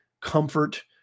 Comfort